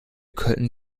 könnten